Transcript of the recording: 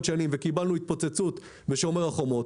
שנים וקיבלנו התפוצצות ב"שומר החומות".